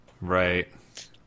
right